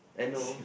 I know